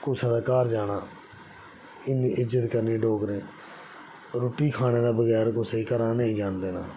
कुसै दे घर जाना इन्नी इज्जत करनी डोगरें रुट्टी खाने दे बगैर कुसै गी घरै नेईं जान देना